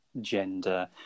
gender